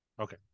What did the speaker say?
Okay